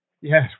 yes